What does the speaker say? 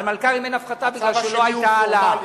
על מלכ"רים אין הפחתה מפני שלא היתה העלאה.